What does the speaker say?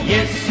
Yes